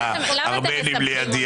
את הארמנים לידי.